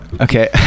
Okay